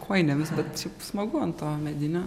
kojinėmis bet šiaip smagu ant to medinio